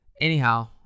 Anyhow